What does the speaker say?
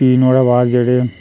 फ्ही नुआढ़ै बाद जेह्ड़े